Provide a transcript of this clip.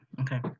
okay